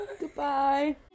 Goodbye